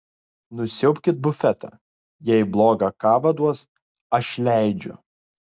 nusiaubkit bufetą jei blogą kavą duos aš leidžiu